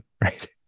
right